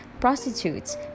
prostitutes